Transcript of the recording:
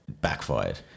backfired